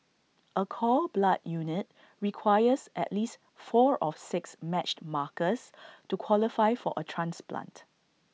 A cord blood unit requires at least four of six matched markers to qualify for A transplant